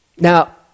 Now